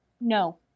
no